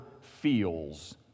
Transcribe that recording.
feels